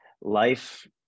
life